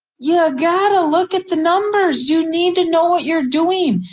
yeah got to look at the numbers you need to know what you're doing.